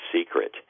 secret